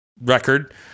record